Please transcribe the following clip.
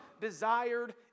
desired